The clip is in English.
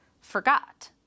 forgot